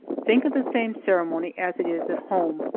think of the same ceremony as it is at home,